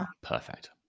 perfect